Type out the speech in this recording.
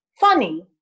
Funny